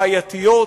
בעייתיות,